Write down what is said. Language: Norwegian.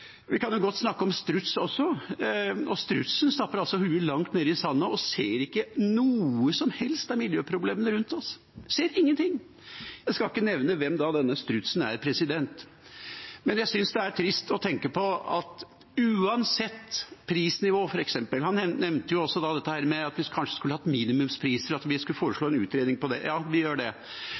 Vi kan godt snakke om struts også. Strutsen stapper hodet langt ned i sanden og ser ikke noe som helst av miljøproblemene rundt oss – ser ingen ting! Jeg skal ikke da nevne hvem denne strutsen er. Men jeg synes det er trist å tenke på det med prisnivå, når han f.eks. nevnte dette med at vi kanskje skulle hatt minimumspriser og foreslår en utredning på det. Ja, vi gjør det.